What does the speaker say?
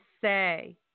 say